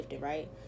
right